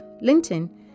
Linton